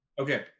Okay